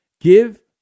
give